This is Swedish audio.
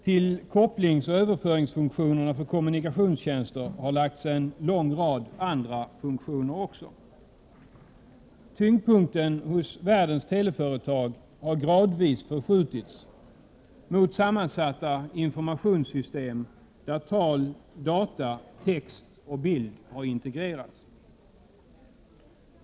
Till kopplingsoch överföringsfunktionerna för kommunikationstjänster har lagts en lång rad andra funktioner. Tyngdpunten hos världens teleföretag har gradvis förskjutits mot sammansatta informationssystem, där tal, data, text och bild har integrerats.